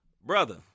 Brother